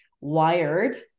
wired